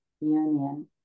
union